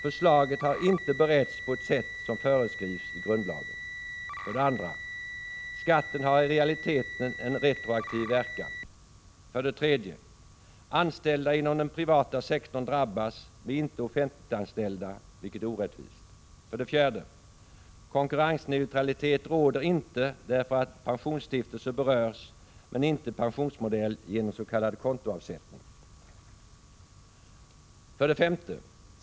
Förslaget har inte beretts på ett sätt som föreskrivs i grundlagen. En tillfällig förmögen 2. Skatten har i realiteten en retroaktiv verkan. hetsskatt för livförsäk 3. Anställda inom den privata sektorn drabbas men inte offentliganställda, — ringsbolag, m.m. vilket är orättvist. 4. Konkurrensneutralitet råder inte, eftersom pensionsstiftelser berörs men inte en pensionsmodell i form av s.k. kontoavsättning. 5.